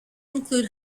include